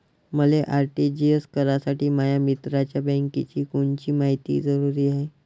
मले आर.टी.जी.एस करासाठी माया मित्राच्या बँकेची कोनची मायती जरुरी हाय?